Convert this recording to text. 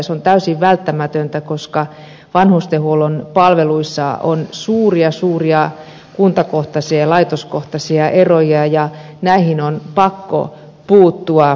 se on täysin välttämätöntä koska vanhustenhuollon palveluissa on suuria suuria kuntakohtaisia ja laitoskohtaisia eroja ja näihin on pakko puuttua